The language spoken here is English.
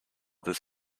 this